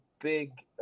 big